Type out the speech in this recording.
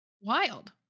Wild